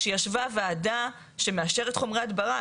שישבה ועדה שמאשרת חומרי הדברה.